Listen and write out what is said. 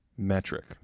metric